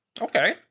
Okay